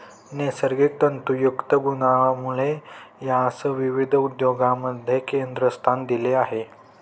नैसर्गिक तंतुयुक्त गुणांमुळे यास विविध उद्योगांमध्ये केंद्रस्थान दिले आहे